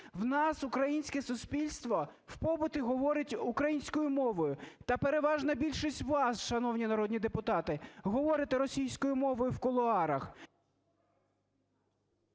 В нас українське суспільство в побуті говорить українською мовою. Та переважна більшість вас, шановні народні депутати, говорите російською мовою в кулуарах.